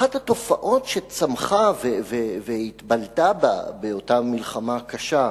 אחת התופעות שצמחה והתבלטה באותה מלחמה קשה,